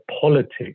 politics